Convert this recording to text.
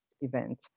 event